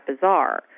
bizarre